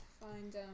Find